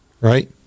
Right